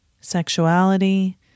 sexuality